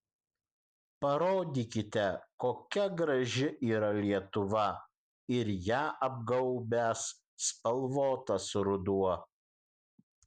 parodykite kokia graži yra lietuva ir ją apgaubęs spalvotas ruduo